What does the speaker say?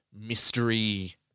mystery